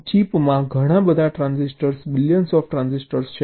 ચિપમાં ઘણા બધા ટ્રાન્ઝિસ્ટર બિલિયન્સ ટ્રાન્ઝિસ્ટર છે